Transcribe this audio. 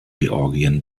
georgien